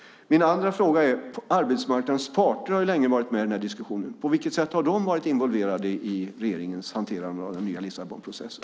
Min andra fråga är: Arbetsmarknadens parter har länge varit med i den här diskussionen, och på vilket sätt har de varit involverade i regeringens hanterande av den nya Lissabonprocessen?